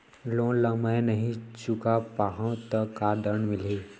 Loan ला मैं नही चुका पाहव त का दण्ड मिलही?